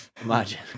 imagine